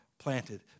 planted